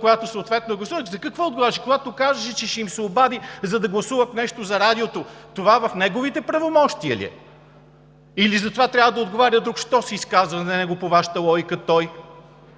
която съответно гласува? За какво отговаряше, когато кажеше, че ще им се обади, за да гласуват нещо за радиото?! Това в неговите правомощия ли е, или за това трябва да отговаря друг?! Защо се изказва за него по Вашата логика той?